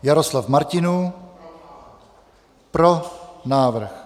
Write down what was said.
Jaroslav Martinů: Pro návrh.